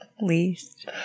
least